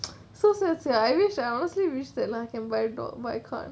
so so ya I wish I honestly wished that I can buy dog but I can't